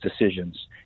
decisions